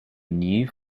new